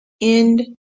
end